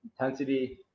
intensity